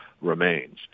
remains